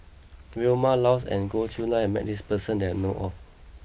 Vilma Laus and Goh Chiew Lye has met this person that I know of